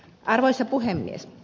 arvoisa puhemies